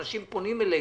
אנשים פונים אלינו.